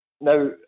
Now